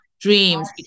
dreams